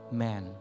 man